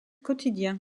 quotidien